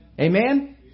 Amen